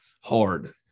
hard